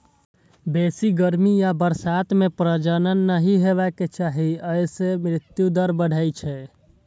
बेसी गर्मी आ बरसात मे प्रजनन नहि हेबाक चाही, अय सं मृत्यु दर बढ़ै छै